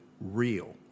real